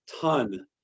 ton